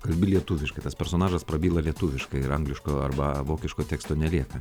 kalbi lietuviškai tas personažas prabyla lietuviškai ir angliško arba vokiško teksto nelieka